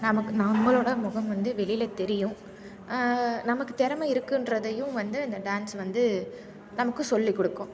நமக்கு நம்மளோட முகம் வந்து வெளியில் தெரியும் நமக்கு திறம இருக்கின்றதையும் வந்து அந்த டான்ஸ் வந்து நமக்கு சொல்லிக் கொடுக்கும்